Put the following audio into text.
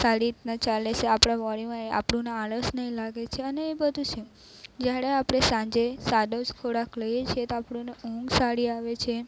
સારી રીતના ચાલે છે આપણા બોડીમાં આપણને આળસ નહીં લાગે છે અને એ બધું છે જ્યારે આપણે સાંજે સાદો જ ખોરાક લઈએ છે તો આપણને ઊંઘ સારી આવે છે